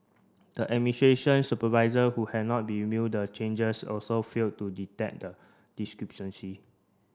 the administration supervisor who had not reviewed the changes also failed to detect the discrepancies